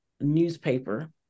newspaper